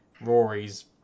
Rory's